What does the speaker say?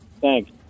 thanks